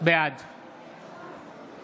בעד